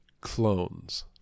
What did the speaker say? Clones